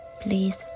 please